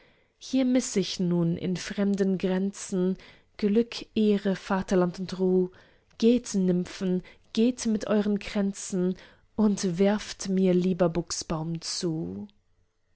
hier miss ich nun in fremden grenzen glück ehre vaterland und ruh geht nymphen geht mit euern kränzen und werft mir lieber buchsbaum zu